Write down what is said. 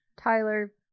Tyler